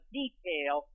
detail